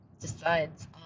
decides